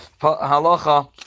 halacha